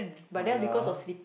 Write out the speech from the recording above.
oh ya ah